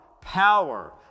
Power